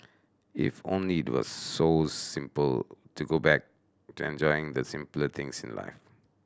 if only the were so simple to go back to enjoying the simpler things in life